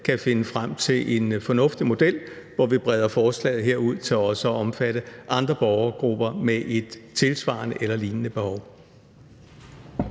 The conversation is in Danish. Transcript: kan finde frem til en fornuftig model, hvor vi breder det her forslag ud til også at omfatte andre borgergrupper med et tilsvarende eller lignende behov.